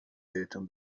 بهتون